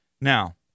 Now